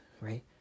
right